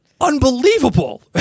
Unbelievable